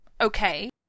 okay